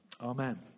Amen